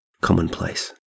commonplace